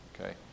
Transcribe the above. Okay